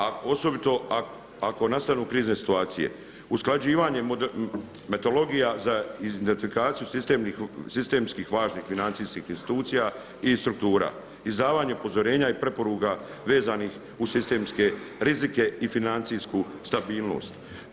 A osobito ako nastanu krizne situacije, usklađivanje metodologija za identifikaciju sistemskih važnih financijskih institucija i struktura, izdavanje upozorenja i preporuka vezanih uz sistemske rizike i financijsku stabilnost.